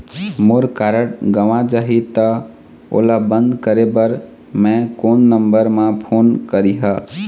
मोर card गंवा जाही त ओला बंद करें बर मैं कोन नंबर म फोन करिह?